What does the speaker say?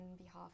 behalf